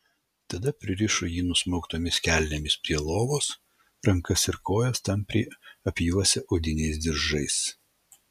tada pririšo jį nusmauktomis kelnėmis prie lovos rankas ir kojas tampriai apjuosę odiniais diržais